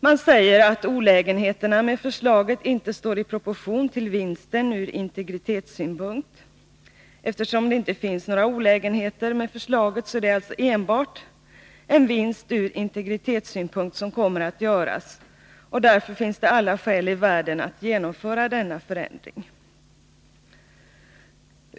Man säger att olägenheterna med förslaget inte står i proportion till vinsten från integritetssynpunkt. Eftersom det inte finns några olägenheter med förslaget, är det alltså enbart en vinst från integritetssynpunkt som kommer att göras. Därför finns det alla skäl i världen att genomföra denna förändring.